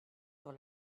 sur